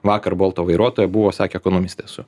vakar bolto vairuotoja buvo sakė ekonomistė su